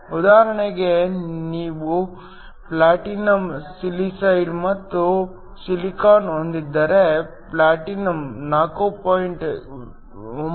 ಉದಾಹರಣೆಗೆ ನೀವು platinum silicide ಮತ್ತು ಸಿಲಿಕಾನ್ ಹೊಂದಿದ್ದರೆ ಪ್ಲಾಟಿನಂ 4